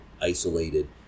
isolated